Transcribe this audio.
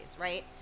right